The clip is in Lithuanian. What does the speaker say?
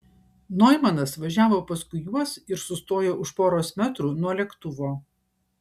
noimanas važiavo paskui juos ir sustojo už poros metrų nuo lėktuvo